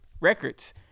Records